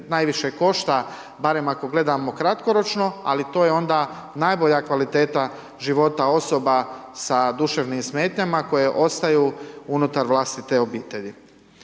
najviše košta, barem ako gledamo kratkoročno, ali to je onda najbolja kvaliteta života osoba sa duševnim smetnjama koje ostaju unutar vlastite obitelji.